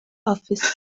office